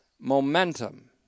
momentum